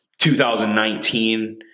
2019